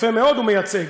יפה מאוד הוא מייצג,